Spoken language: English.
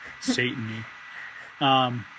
Satan-y